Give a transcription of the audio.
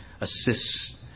assists